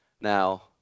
Now